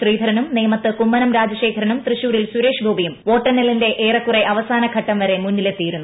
ശ്രീധരനും നേമത്ത് കുമ്മനം രാജശേഖരനും തൃശൂരിൽ സുരേഷ് ഗോപിയും വോട്ടെണ്ണലിന്റെ ഏറെക്കുറെ അസാനഘട്ടം വരെ മുന്നിലെത്തിയിരുന്നു